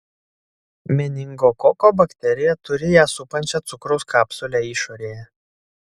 meningokoko bakterija turi ją supančią cukraus kapsulę išorėje